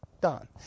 done